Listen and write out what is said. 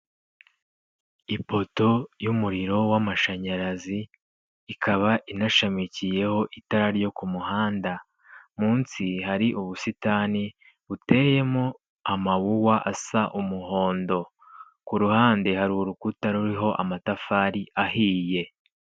Ipoto y'umuriro w'amashanyarazi, ikaba inashamikiyeho itara ryo ku muhanda, munsi hari ubusitani buteyemo amawuwa asa umuhondo, ku ruhande hari urukuta ruriho amatafari ahiye.